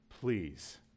please